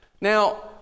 Now